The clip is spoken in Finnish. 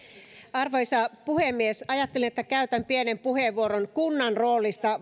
arvoisa puhemies ajattelin että käytän pienen puheenvuoron kunnan roolista